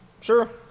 Sure